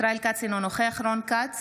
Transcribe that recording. ישראל כץ, אינו נוכח רון כץ,